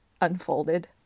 unfolded